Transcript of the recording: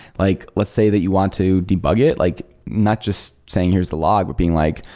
like let's say that you want to debug it, like not just saying here's the log, but being like,